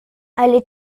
allez